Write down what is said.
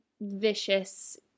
vicious